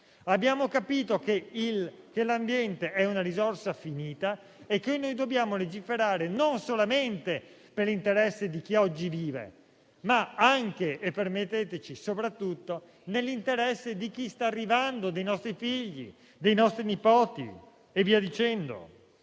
Abbiamo capito che l'ambiente è una risorsa finita e che noi dobbiamo legiferare non solamente nell'interesse di chi oggi vive, ma anche - e, permetteteci, soprattutto - di chi sta arrivando, dei nostri figli, dei nostri nipoti. Certo,